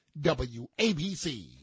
WABC